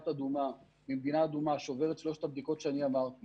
אדומה שעובר את שלוש הבדיקות שאני אמרתי